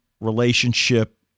relationship